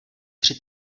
tři